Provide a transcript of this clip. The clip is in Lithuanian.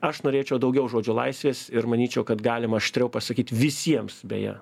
aš norėčiau daugiau žodžio laisvės ir manyčiau kad galima aštriau pasakyt visiems beje